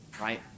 right